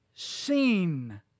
Seen